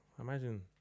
Imagine